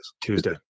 Tuesday